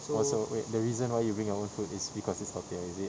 oh so wait the reason why you bring your own food is because it's healthier is it